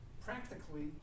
practically